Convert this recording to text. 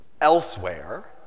elsewhere